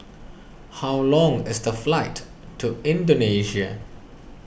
how long is the flight to Indonesia